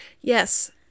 Yes